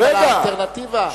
אבל האלטרנטיבה.